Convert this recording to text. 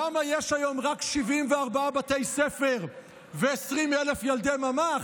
למה יש היום רק 74 בתי ספר ו-20,000 ילדי ממ"ח?